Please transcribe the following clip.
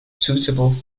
suitable